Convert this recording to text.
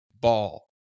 ball